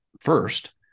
first